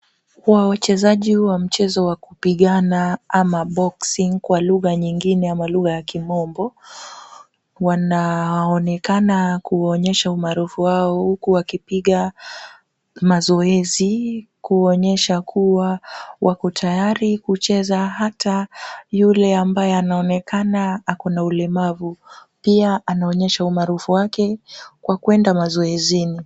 Wa wachezaji wa mchezo wa kupigana, ama boxing , kwa lugha nyingine ama lugha ya kimombo, wanaonekana kuonyesha umarufu wao huku wakipiga mazoezi kuonyesha kuwa wako tayari kucheza hata yule ambaye anaonekana ako na ulemavu, pia, anaonyesha umarufu wake kwa kwenda mazoezini.